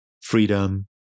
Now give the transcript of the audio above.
freedom